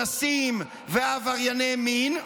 אנסים ועברייני מין,